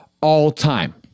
all-time